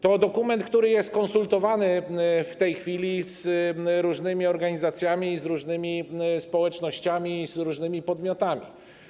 To dokument, który jest konsultowany w tej chwili z różnymi organizacjami, z różnymi społecznościami i z różnymi podmiotami.